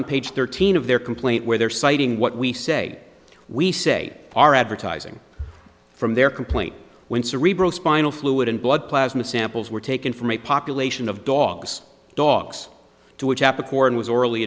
on page thirteen of their complaint where they're citing what we say we say our advertising from their complaint when cerebral spinal fluid and blood plasma samples were taken from a population of dogs dogs to which